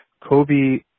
Kobe